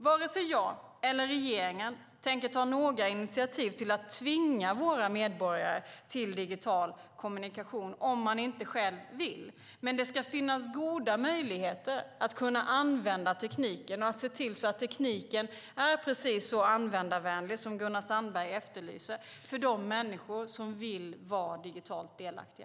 Varken jag eller regeringen tänker ta några initiativ till att tvinga våra medborgare till digital kommunikation om man inte själv vill. Men det ska finnas goda möjligheter att använda tekniken och se till att tekniken är precis så användarvänlig som Gunnar Sandberg efterlyser för de människor som vill vara digitalt delaktiga.